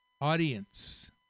audience